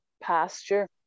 pasture